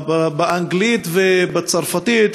באנגלית ובצרפתית,